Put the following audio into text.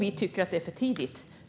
Vi tycker att det är för tidigt.